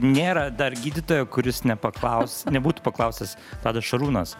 nėra dar gydytojo kuris nepaklaus nebūtų paklausęs tadas šarūnas